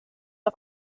auf